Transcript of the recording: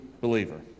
believer